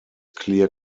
clear